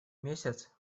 месяц